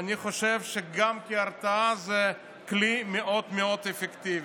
אני חשוב שכשהרתעה זה כלי מאוד אפקטיבי.